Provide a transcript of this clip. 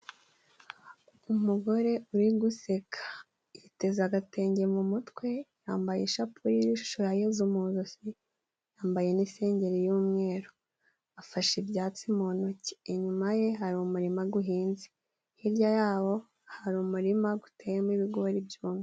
Umugore uri guseka yiteze agatenge mu mutwe yambaye ishapure y'ishusho ya Yezu mu ijosi, yambaye n'isengeri y'umweru, afashe ibyatsi mu ntoki, inyuma ye hari umurima uhinze ,hirya yawo hari umurima uteyemo ibigori byumye.